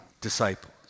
disciples